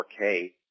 4K